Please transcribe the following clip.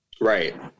right